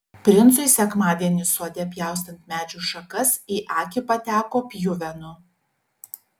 princui sekmadienį sode pjaustant medžių šakas į akį pateko pjuvenų